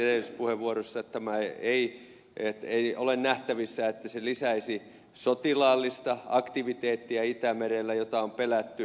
niin kuin totesin edellisessä puheenvuorossani ei ole nähtävissä että se lisäisi sotilaallista aktiviteettia itämerellä mitä on pelätty